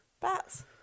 Bats